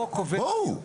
בואו.